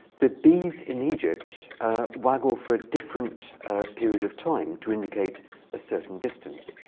the bees in egypt waggle for a different period of time to indicate a certain distance.